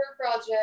project